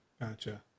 Gotcha